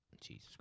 Jesus